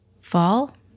fall